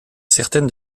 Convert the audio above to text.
certaines